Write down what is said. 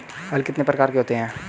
हल कितने प्रकार के होते हैं?